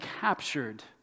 captured